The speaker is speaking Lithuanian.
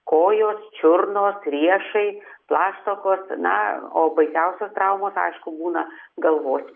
kojos čiurnos riešai plaštakos na o baisiausios traumos aišku būna galvos